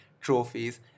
trophies